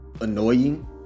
annoying